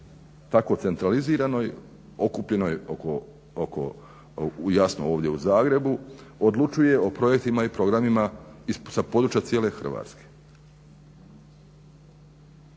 tako centraliziranoj okupljenoj oko jasno ovdje u Zagrebu odlučuje o projektima i programima sa područja cijele Hrvatske,